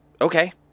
okay